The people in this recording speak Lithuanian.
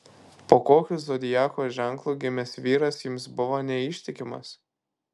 po kokiu zodiako ženklu gimęs vyras jums buvo neištikimas